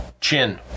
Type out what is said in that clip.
chin